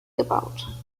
gebaut